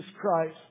Christ